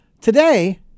Today